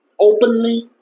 Openly